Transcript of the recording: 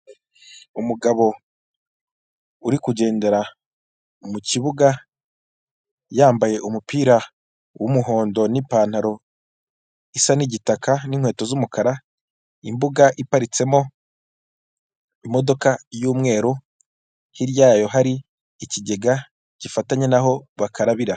Umugabo uri kugendera mu kibuga yambaye umupira w'umuhondo n'ipantaro isa n'igitaka n'inkweto z'umukara imbuga iparitsemo imodoka y'umweru hirya yayo hari ikigega gifatanye naho bakarabira.